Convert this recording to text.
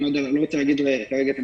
אני לא רוצה להגיד את המספרים